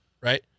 right